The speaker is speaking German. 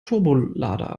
turbolader